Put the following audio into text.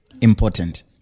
important